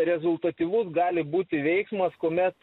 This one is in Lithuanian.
rezultatyvus gali būti veiksmas kuomet